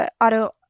auto